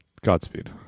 Godspeed